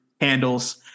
handles